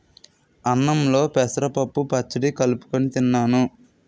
అన్నంలో పెసరపప్పు పచ్చడి కలుపుకొని తిన్నాను